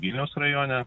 vilniaus rajone